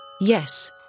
Yes